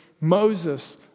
Moses